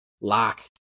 Lock